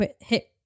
hit